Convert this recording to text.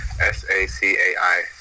S-A-C-A-I